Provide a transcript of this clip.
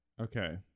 Okay